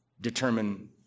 determine